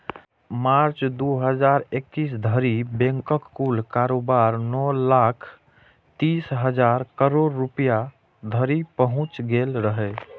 मार्च, दू हजार इकैस धरि बैंकक कुल कारोबार नौ लाख तीस हजार करोड़ रुपैया धरि पहुंच गेल रहै